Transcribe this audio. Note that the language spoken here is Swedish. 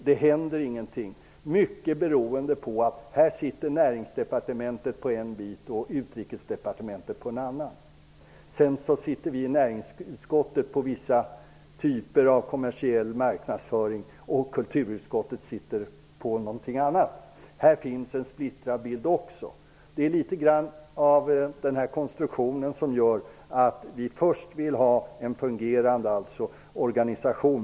Det händer ingenting, mycket beroende på att Näringsdepartementet har hand om en bit, och Utrikesdepartementet har hand om en annan. Dessutom har näringsutskottet att ansvara för vissa typer av kommersiell marknadsföring, och kulturutskottet har hand om någonting annat. Här finns också en splittrad bild. Det är denna konstruktion som gör att vi först vill ha en fungerande organisation.